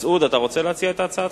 מסעוד, אתה רוצה להציע את הצעתך?